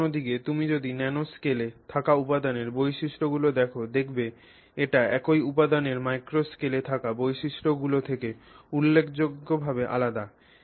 তবে অন্যদিকে তুমি যদি ন্যানোস্কেলে থাকা উপাদানের বৈশিষ্ট্যগুলি দেখ দেখবে এটা একই উপাদানের ম্যাক্রোস্কেলে থাকা বৈশিষ্ট্যগুলি থেকে উল্লেখযোগ্যভাবে আলাদা